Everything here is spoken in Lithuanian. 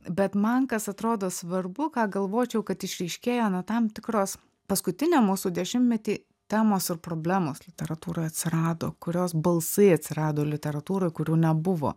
bet man kas atrodo svarbu ką galvočiau kad išryškėja na tam tikros paskutiniam mūsų dešimtmety temos ir problemos literatūroj atsirado kurios balsai atsirado literatūroj kurių nebuvo